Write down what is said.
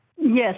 Yes